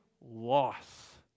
loss